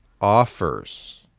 offers